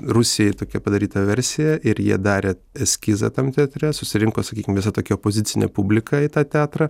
rusijai tokia padaryta versija ir jie darė eskizą tam teatre susirinko sakykim visa tokia opozicinė publika į tą teatrą